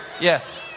yes